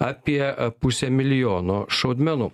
apie pusę milijono šaudmenų